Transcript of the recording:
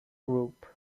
group